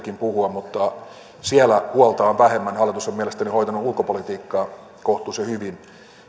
puhua mutta siinä huolta on vähemmän hallitus on mielestäni hoitanut ulkopolitiikkaa kohtuullisen hyvin